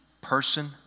person